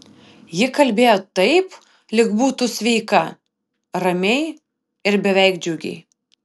ji kalbėjo taip lyg būtų sveika ramiai ir beveik džiugiai